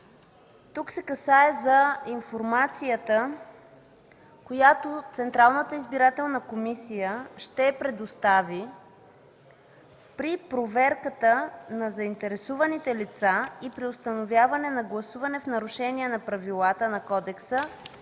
Тук се касае за информацията, която Централната избирателна комисия ще предостави при проверката на заинтересованите лица и при установяване на гласуване в нарушение на правилата на кодекса